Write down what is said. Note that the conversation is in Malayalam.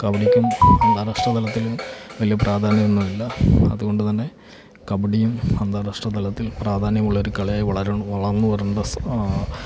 കബഡിക്കും അന്താരാഷ്ട്ര തലത്തിൽ വലിയ പ്രാധാന്യം ഒന്നുമില്ല അതുകൊണ്ട് തന്നെ കബഡിയും അന്താരാഷ്ട്ര തലത്തിൽ പ്രാധാന്യമുള്ളൊരു കലയായി വളരണ വളർന്ന് വരേണ്ട സ്